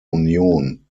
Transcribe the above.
union